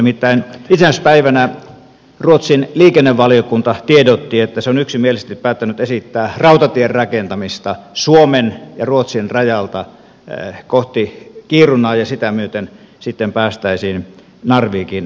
nimittäin itsenäisyyspäivänä ruotsin liikennevaliokunta tiedotti että se on yksimielisesti päättänyt esittää rautatien rakentamista suomen ja ruotsin rajalta kohti kiirunaa ja sitä myöten sitten päästäisiin narvikin satamaan